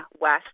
West